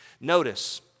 Notice